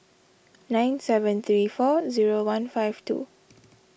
nine seven three four zero one five two